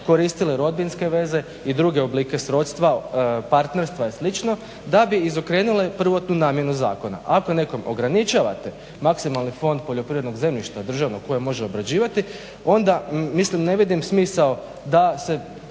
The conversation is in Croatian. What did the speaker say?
koristile rodbinske veze i druge oblike srodstva, partnerstva i slično da bi izokrenule prvotnu namjenu zakona. Ako nekom ograničavate maksimalni fond poljoprivrednog zemljišta državnog koje može obrađivati onda ne vidim smisao da se